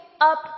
up